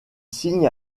signe